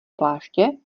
pláště